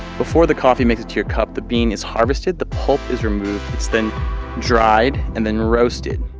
before the coffee makes it to your cup, the bean is harvested, the pulp is removed. it's then dried and then roasted.